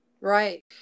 Right